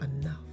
enough